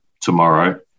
tomorrow